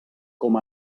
com